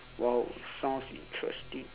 !wow! sounds interesting